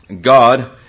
God